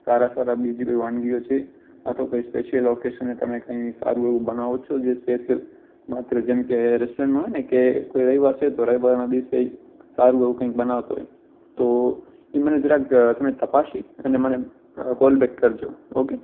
સારાં સારાં બીજી કોઈ વાનગીઓ છે આ તો સ્પેશિયલ ઓકેશને તમે કંઈ સારું એવું બનાવો છો જે સ્પેશિયલ માત્ર જેમ કે રૅસ્ટોરન્ટમાં હોય ને કે કોઈ રવિવાર છે તો રવિવારના દિવસે કંઈ સારું એવું કંઈક બનાવતો હોય તો એ મને જરાક તમે તપાસી અને મને કૉલ બૅક કરજો ઓકે